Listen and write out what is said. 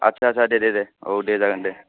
आथसा सा सा दे दे दे औ दे जागोन दे